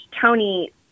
Tony